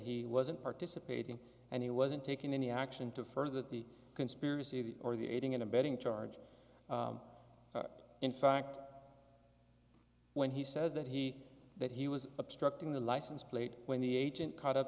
he wasn't participating and he wasn't taking any action to further the conspiracy or the aiding and abetting charge in fact when he says that he that he was obstructing the license plate when the agent caught up